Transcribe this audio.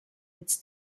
its